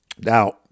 Now